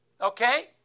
okay